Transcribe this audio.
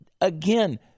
again